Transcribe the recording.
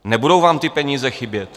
Nebudou vám ty peníze chybět?